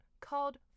called